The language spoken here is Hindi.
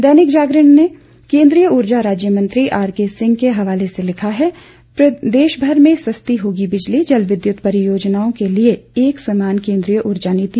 दैनिक जागरण ने केंद्रीय ऊर्जा राज्य मंत्री आरके सिंह के हवाले से लिखा है देशभर में सस्ती होगी बिजली जलविद्युत परियोजनाओं के लिए एक समान केंद्रीय ऊर्जा नीति